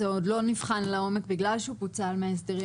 עוד לא נבחן לעומק בגלל שהוא פוצל מההסדרים,